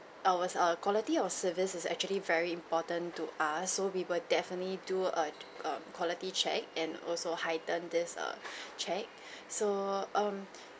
ours our quality of service is actually very important to us so we will definitely do a a quality check and also heightened these err check so um